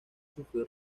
sufrió